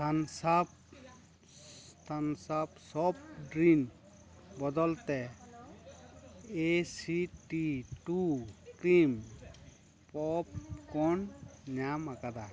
ᱛᱷᱟᱱᱥᱟᱯ ᱛᱷᱟᱱᱥᱟᱯ ᱥᱚᱯᱰᱨᱤᱱ ᱵᱚᱫᱚᱞᱛᱮ ᱮ ᱥᱤ ᱴᱤ ᱴᱩ ᱠᱨᱤᱢ ᱯᱚᱯ ᱠᱚᱱ ᱧᱟᱢ ᱟᱠᱟᱫᱟ